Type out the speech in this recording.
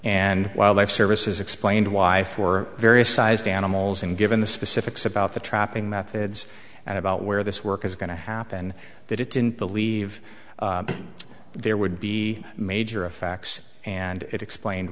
and wildlife services explained why for various sized animals and given the specifics about the trapping methods and about where this work is going to happen that it didn't believe there would be major effects and it explained